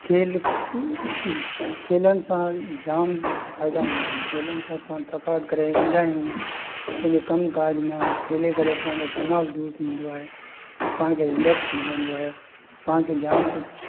खेल खेलण सां जाम फ़ाइदा हूंदा आहिनि खेलण सां पाण थकावट कॾैं ईंदा आहियूं पंहिंजे कम काज मां खेले करे पंहिंजो तनाव दूरि थींदो आहे पाण खे रिलेक्स मिलंदो आहे पाण खे जाम कुझु